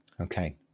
Okay